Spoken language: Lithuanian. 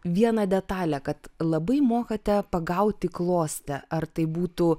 vieną detalę kad labai mokate pagauti klostę ar tai būtų